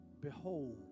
Behold